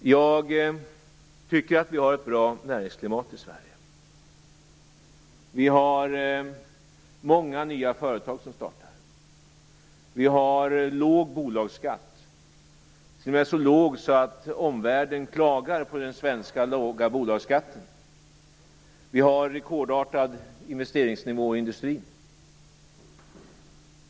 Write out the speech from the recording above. Jag tycker att vi har ett bra näringsklimat i Sverige. Många nya företag startar. Vi har låg bolagsskatt, så låg att omvärlden klagar på den. Vi har en rekordartad investeringsnivå i industrin.